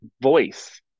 voice